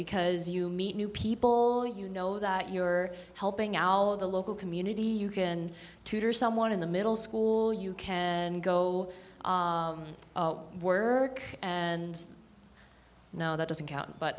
because you meet new people you know that you're helping out the local community you can tutor someone in the middle school you can go work and now that doesn't count but